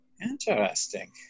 Interesting